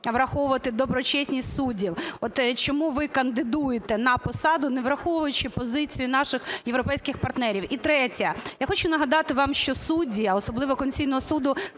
враховувати доброчесність суддів. От чому ви кандидуєте на посаду, не враховуючи позицію наших європейських партнерів? І третє. Я хочу нагадати вам, що судді, а особливо Конституційного Суду,